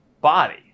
body